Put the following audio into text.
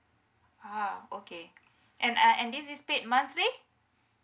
ah okay and uh and this is paid monthly